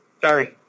Sorry